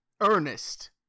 Ernest